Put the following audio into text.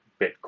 Bitcoin